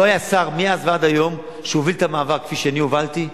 לא היה שר מאז ועד היום שהוביל את המאבק כפי שאני הובלתי,